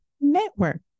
network